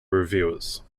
reviewers